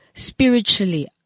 Spiritually